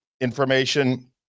information